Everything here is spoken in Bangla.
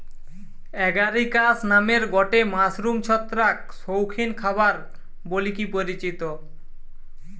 এগারিকাস নামের গটে মাশরুম ছত্রাক শৌখিন খাবার বলিকি পরিচিত